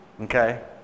Okay